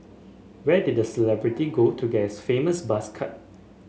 where did the celebrity go to get his famous buzz cut